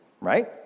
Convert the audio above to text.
right